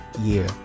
year